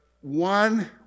one